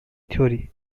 theory